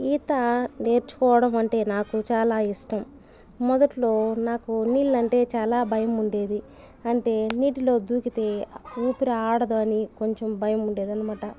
ఈత నేర్చుకోవడం అంటే నాకు చాలా ఇష్టం మొదట్లో నాకు నీళ్ళంటే చాలా భయం ఉండేది అంటే నీటిలో దూకితే ఊపిరాడదు అని కొంచం భయం ఉండేదనమాట